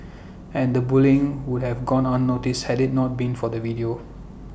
and the bullying would have gone unnoticed had IT not been for the video